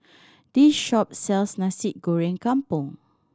this shop sells Nasi Goreng Kampung